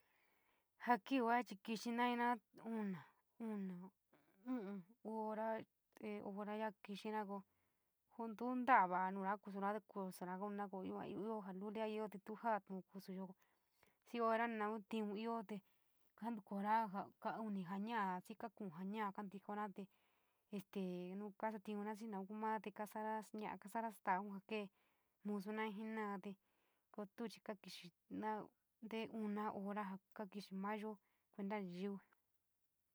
Ja kiví chi kixi naiira una, una, uu hora kixira koo tu tala va inou kusora, kusora kuniro koo io joulia io tuo juiu kusou xi hora maa tiu io te kanto koxo kuu una fajiala, xi ka kuu io jiii ntiioo te este no kasoulita xi. Mau kua maa te kasava, noai kasan stouu ja kee musou jenoua te kotochi kakixina inte una hora kaa kixi mayo nayiio.